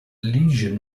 lesion